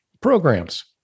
programs